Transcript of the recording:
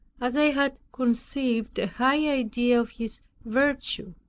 as i had conceived high idea of his virtue.